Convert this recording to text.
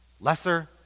lesser